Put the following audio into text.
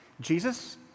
Jesus